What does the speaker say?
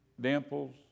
dimples